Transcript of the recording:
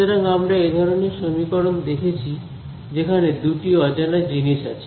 সুতরাং আমরা এ ধরনের সমীকরণ দেখেছি যেখানে দুটি অজানা জিনিস আছে